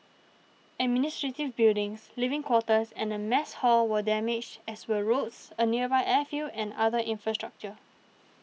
administrative buildings living quarters and a mess hall were damaged as were roads a nearby airfield and other infrastructure